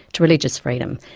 to religious freedom.